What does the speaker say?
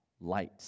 light